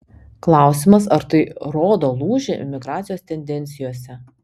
klausimas ar tai rodo lūžį emigracijos tendencijose